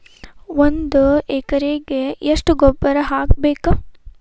ಒಂದ್ ಎಕರೆಗೆ ಎಷ್ಟ ಗೊಬ್ಬರ ಹಾಕ್ಬೇಕ್?